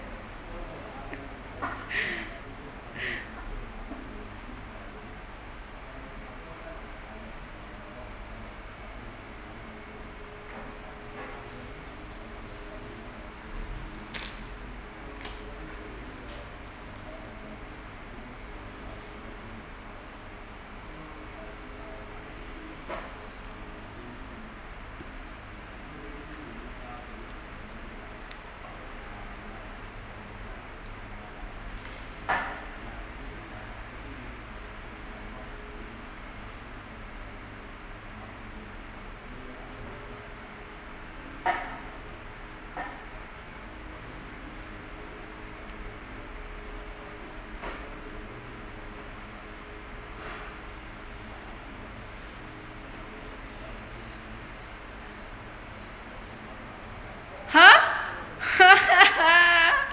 !huh!